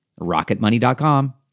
rocketmoney.com